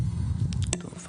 טוב,